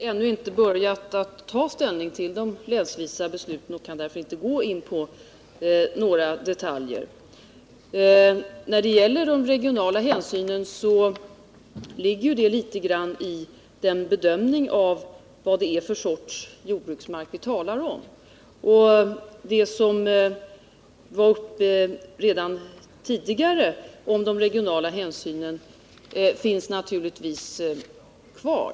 Herr talman! Jag har ännu inte tagit ställning till de länsvisa besluten och kan därför inte gå in på några detaljer. Vid bedömningen av frågan om de regionala hänsynen måste vi också beakta vilken sorts jordbruksmark vi talar om, men det som redan tidigare angivits beträffande de regionala hänsynen finns naturligtvis kvar.